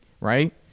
right